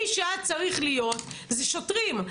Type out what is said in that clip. מי שהיה צריך להיות זה שוטרים.